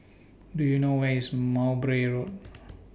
Do YOU know Where IS Mowbray Road